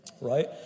right